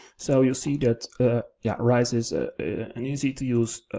so you'll see that ah yeah rise is an easy to use,